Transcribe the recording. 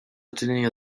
czynienia